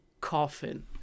Coffin